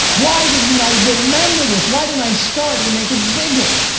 why didn't i remember this? why didn't i start and make it bigger?